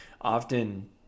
often –